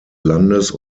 landes